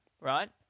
right